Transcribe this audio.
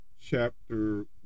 Chapter